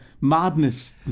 madness